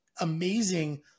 amazing